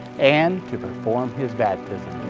and to perform his baptism.